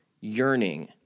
yearning